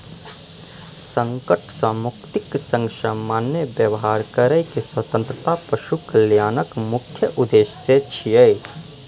संकट सं मुक्तिक संग सामान्य व्यवहार करै के स्वतंत्रता पशु कल्याणक मुख्य उद्देश्य छियै